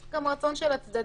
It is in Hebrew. צריך גם רצון של הצדדים.